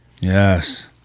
Yes